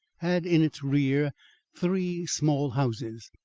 had in its rear three small houses,